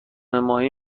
ماهی